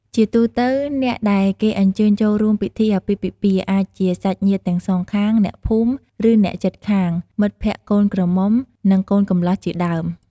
ជាទូទៅ អ្នកដែលគេអញ្ជើញចូលរួមពិធីអាពាហ៍ពិពាហ៍អាចជា សាច់ញាតិទាំងសងខាង អ្នកភូមិ ឬ អ្នកជិតខាង មិត្តភក្តិកូនក្រមុំ និងកូនកម្លោះជាដើម។